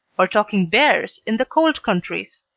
or talking bears in the cold countries.